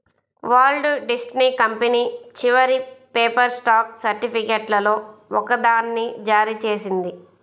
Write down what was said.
Walt Disney company చివరి paper stock సర్టిఫికేట్లలో ఒకదాన్ని జారీ చేసింది